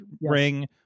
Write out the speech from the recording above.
ring